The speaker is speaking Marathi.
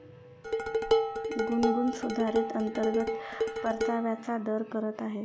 गुनगुन सुधारित अंतर्गत परताव्याचा दर करत आहे